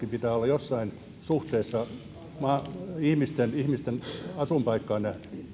pitää olla jossain suhteessa ihmisten ihmisten asuinpaikkaan